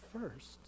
first